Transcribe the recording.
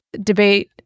debate